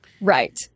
Right